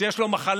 כשיש לו מחלה,